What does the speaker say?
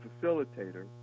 facilitator